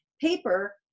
paper